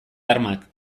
armak